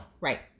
Right